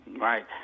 Right